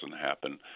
happen